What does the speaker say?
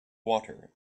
water